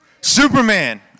Superman